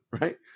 right